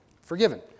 forgiven